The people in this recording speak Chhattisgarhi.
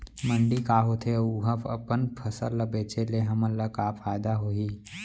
मंडी का होथे अऊ उहा अपन फसल ला बेचे ले हमन ला का फायदा होही?